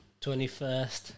21st